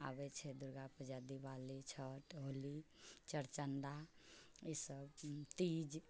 आबै छै दुर्गा पूजा दिवाली छठ होली चोड़चना इसभ तीज